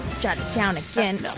jot it down again.